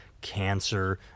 cancer